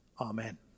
Amen